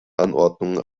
anordnungen